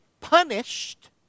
punished